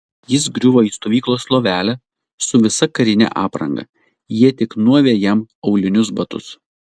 jis griuvo į stovyklos lovelę su visa karine apranga jie tik nuavė jam aulinius batus